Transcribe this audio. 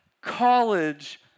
college